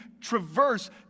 traverse